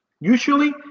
Usually